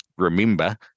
remember